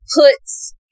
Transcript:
puts